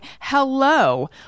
hello